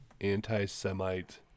Anti-Semite